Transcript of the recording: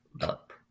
up